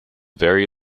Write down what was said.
very